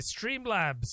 Streamlabs